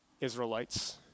Israelites